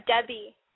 debbie